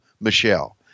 Michelle